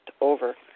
over